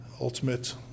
ultimate